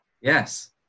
Yes